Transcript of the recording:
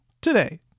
today